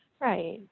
Right